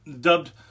dubbed